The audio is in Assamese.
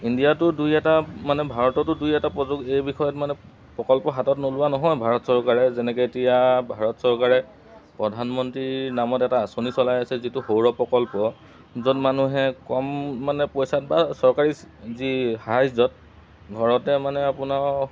ইণ্ডিয়াতো দুই এটা মানে ভাৰততো দুই এটা প্ৰযু এই বিষয়ত মানে প্ৰকল্প হাতত নোলোৱা নহয় ভাৰত চৰকাৰে যেনেকৈ এতিয়া ভাৰত চৰকাৰে প্ৰধানমন্ত্ৰীৰ নামত এটা আঁচনি চলাই আছে যিটো সৌৰ প্ৰকল্প য'ত মানুহে কম মানে পইচাত বা চৰকাৰী যি সাহাৰ্যত ঘৰতে মানে আপোনাৰ